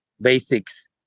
basics